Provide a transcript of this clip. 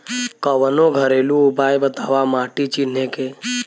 कवनो घरेलू उपाय बताया माटी चिन्हे के?